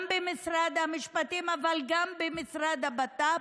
גם במשרד המשפטים אבל גם במשרד הבט"פ,